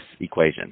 equation